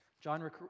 John